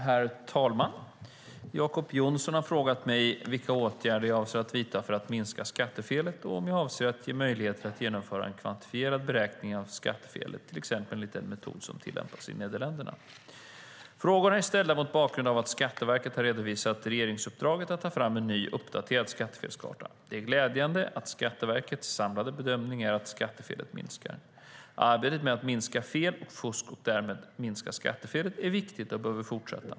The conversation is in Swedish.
Herr talman! Jacob Johnson har frågat mig vilka åtgärder jag avser att vidta för att minska skattefelet och om jag avser att ge möjligheter att genomföra en kvantifierad beräkning av skattefelet, till exempel enligt den metod som tillämpas i Nederländerna. Frågorna är ställda mot bakgrund av att Skatteverket har redovisat regeringsuppdraget att ta fram en ny uppdaterad så kallad skattefelskarta. Det är glädjande att Skatteverkets samlade bedömning är att skattefelet minskar. Arbetet med att minska fel och fusk, och därmed minska skattefelet, är viktigt och behöver fortsätta.